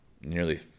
nearly